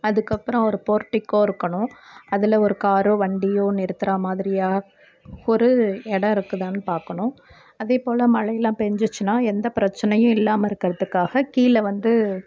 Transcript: அதுக்கப்புறம் ஒரு போர்டிக்கோ இருக்கணும் அதில் ஒரு காரோ வண்டியோ நிறுத்துகிறா மாதிரியாக ஒரு இடம் இருக்குதான்னு பார்க்கணும் அதேபோல் மழையெலாம் பெஞ்சிருச்சுன்னா எந்த பிரச்சினையும் இல்லாமல் இருக்கிறதுக்காக கீழே வந்து